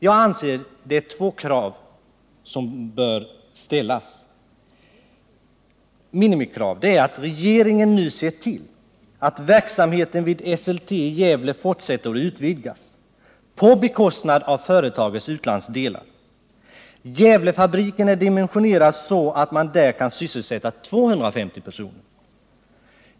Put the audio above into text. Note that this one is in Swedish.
Jag anser att två minimikrav bör kunna ställas. Det är att regeringen nu ser till att verksamheten i Gävle fortsättes och utvidgas på bekostnad av företagets utlandsdelar. Gävlefabriken är dimensionerad så att man där kan sysselsätta 250 personer.